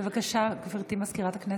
בבקשה, גברתי סגנית מזכירת הכנסת.